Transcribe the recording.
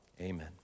amen